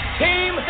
team